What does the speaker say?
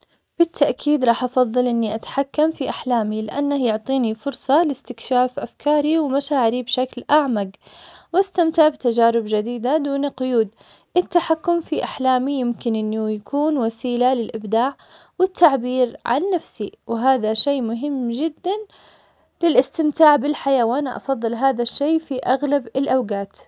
بالتأكيد راح افظل اني اتحكم في احلامي لانه يعطيني فرصة لاستكشاف افكاري ومشاعري بشكل اعمق. واستمتع بتجارب جديدة دون قيود. التحكم في احلامي يمكن انه يكون وسيلة للابداع والتعبير عن نفسي. وهذا شي مهم جدا بالحيوانة افضل هذا الشيء في اغلب الاوقات